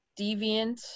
deviant